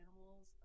animals